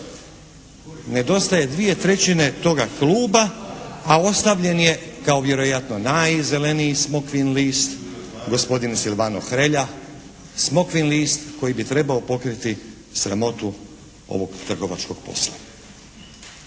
Nedostaje dvije trećine toga kluba a ostavljen je kao vjerojatno najzeleniji smokvin list gospodin Silvano Hrelja, smokvin list koji bi trebao pokriti sramotu ovog trgovačkog posla.